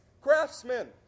craftsmen